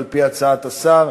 על-פי הצעת השר,